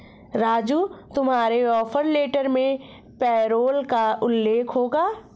राजू तुम्हारे offer letter में payroll का उल्लेख होगा